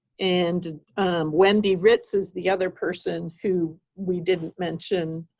and wendy ritz is the other person who we didn't mention.